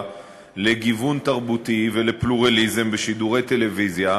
לגיוון תרבותי ולפלורליזם בשידורי טלוויזיה,